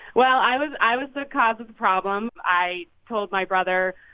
well, i was i was the cause of the problem. i told my brother,